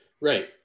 right